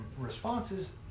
responses